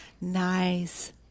Nice